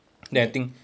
then